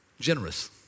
generous